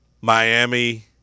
Miami